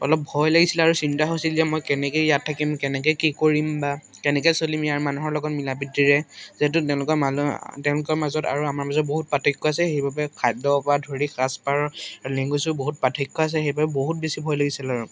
অলপ ভয় লাগিছিল আৰু চিন্তা হৈছিল যে মই কেনেকে ইয়াত থাকিম কেনেকে কি কৰিম বা কেনেকে চলিম ইয়াৰ মানুহৰ লগত মিলা প্ৰীতিৰে যিহেতু তেওঁলোকৰ মানুহ তেওঁলোকৰ মাজত আৰু আমাৰ মাজত বহুত পাৰ্থক্য আছে সেইবাবে খাদ্যৰ পৰা ধৰি সাজপাৰ লেংগুৱেজো বহুত পাৰ্থক্য আছে সেইবাবে বহুত বেছি ভয় লাগিছিলে আৰু